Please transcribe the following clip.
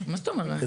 מה זאת אומרת?